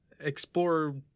Explore